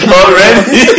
Already